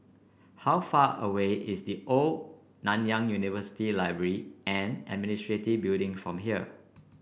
how far away is The Old Nanyang University Library and Administration Building from here